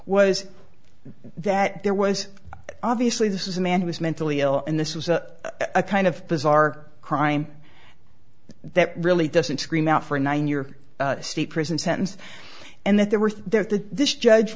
was that there was obviously this is a man who was mentally ill and this was a kind of bizarre crime that really doesn't scream out for a nine year state prison sentence and that there were there that this judge